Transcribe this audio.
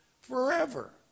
forever